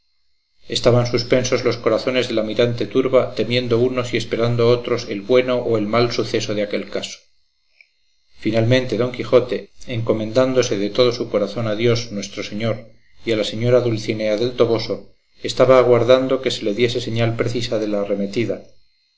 estaban suspensos los corazones de la mirante turba temiendo unos y esperando otros el bueno o el mal suceso de aquel caso finalmente don quijote encomendándose de todo su corazón a dios nuestro señor y a la señora dulcinea del toboso estaba aguardando que se le diese señal precisa de la arremetida